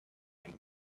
from